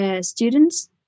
students